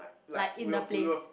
like in the place